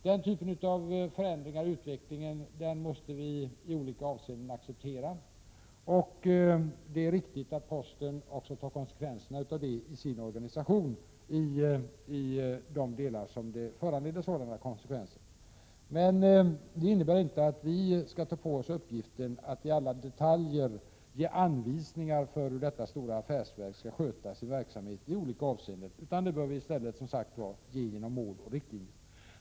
Den här sortens förändringar i utvecklingen måste vi i olika avseenden acceptera, och det är riktigt att postverket också tar konsekvenserna av detta inom sin organisation i de delar där konsekvenser uppstår. Men det innebär inte att vi skall ta på oss uppgiften att i alla detaljer ge anvisningar om hur detta stora affärsverk skall sköta sin verksamhet i skilda hänseenden, utan vi bör, som sagt, i stället ange mål och riktlinjer.